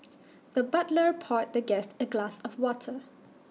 the butler poured the guest A glass of water